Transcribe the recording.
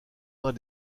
mains